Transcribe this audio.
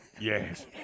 Yes